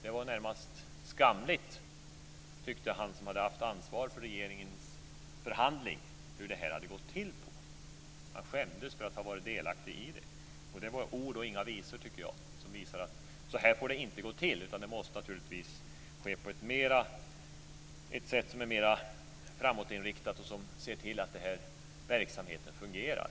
Det var närmast skamligt hur detta hade gått till tyckte han som hade haft ansvar för regeringens förhandling. Han skämdes för att ha varit delaktig i det. Och det var ord och inga visor, tycker jag, som visar att det inte får gå till på det sättet utan att det naturligtvis måste ske på ett sätt som är mera framåtriktat och som gör att man ser till att denna verksamhet fungerar.